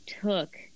took